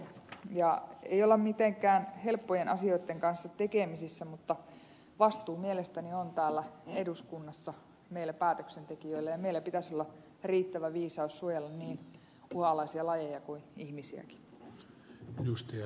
ei olla mitenkään helppojen asioitten kanssa tekemisessä mutta vastuu mielestäni on täällä eduskunnassa meillä päätöksentekijöillä ja meillä pitäisi olla riittävä viisaus suojella niin uhanalaisia lajeja kuin ihmisiäkin